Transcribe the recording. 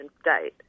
state